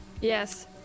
Yes